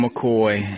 McCoy